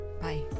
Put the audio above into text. bye